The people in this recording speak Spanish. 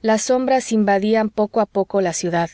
las sombras invadían poco a poco la ciudad